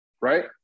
right